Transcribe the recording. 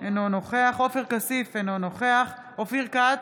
אינו נוכח עופר כסיף, אינו נוכח אופיר כץ,